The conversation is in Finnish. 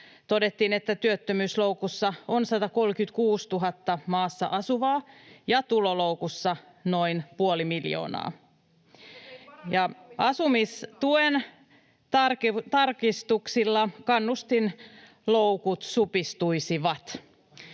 todettiin, että työttömyysloukussa on 136 000 maassa asuvaa ja tuloloukussa noin puoli miljoonaa [Krista Kiuru: Mutta se ei parane asumistukea